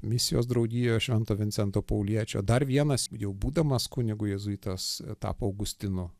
misijos draugijoj švento vincento pauliečio dar vienas jau būdamas kunigu jėzuitas tapo augustino